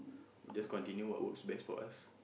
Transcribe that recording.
we just continue what works best for us